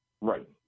Right